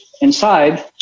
inside